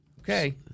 Okay